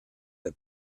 der